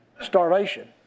Starvation